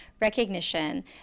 recognition